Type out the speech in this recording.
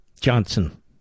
Johnson